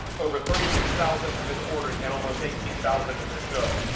over thirty six thousand have been ordered and almost eighteen thousand in the show.